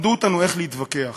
למדו אותנו איך להתווכח,